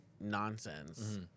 nonsense